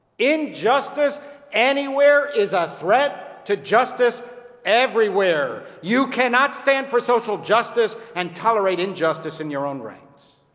injustice anywhere is a threat to justice everywhere. you cannot stand for social justice and tolerate injustice in your own ranks.